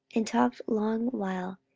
and talked a long while,